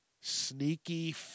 sneaky